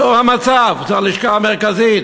זהו המצב, זו הלשכה המרכזית,